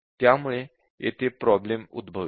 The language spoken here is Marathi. त्यामुळे येथे प्रॉब्लेम उद्भवेल